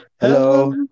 Hello